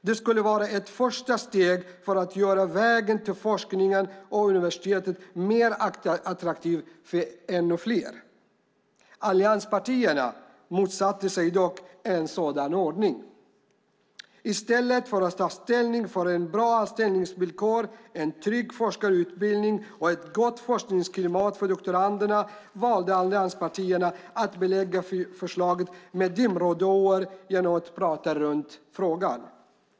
Det skulle vara ett första steg för att göra vägen till forskningen och universiteten mer attraktiv för ännu fler. Allianspartierna motsatte sig dock en sådan ordning. I stället för att ta ställning för bra anställningsvillkor, en trygg forskarutbildning och ett gott forskningsklimat för doktoranderna valde allianspartierna att belägga förslaget med dimridåer genom att prata runt frågan.